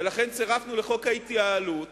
ולכן צירפנו לחוק ההתייעלות